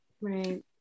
Right